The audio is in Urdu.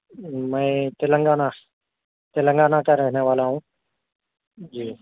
میں تلنگانہ تلنگانہ کا رہنے والا ہوں جی